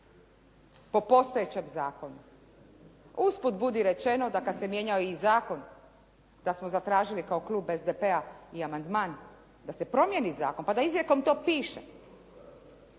po postojećem zakonu. Usput budi rečeno da kad se mijenjao i zakon, kad smo zatražili kao klub SDP-a i amandman da se promijeni zakon pa da izrijekom to piše